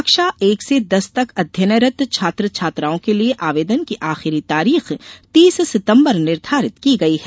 कक्षा एक से दस तक अध्ययनरत छात्र छात्राओं के लिये आवेदन की आखिरी तारीख तीस सितम्बर निर्धारित की गयी है